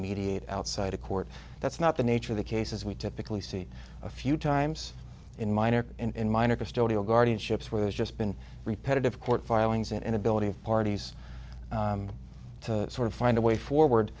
mediate outside a court that's not the nature of the cases we typically see a few times in minor in minor custodial guardianships where there's just been repetitive court filings and inability of parties to sort of find a way